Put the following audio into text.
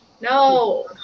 no